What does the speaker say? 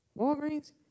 Walgreens